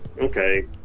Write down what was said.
okay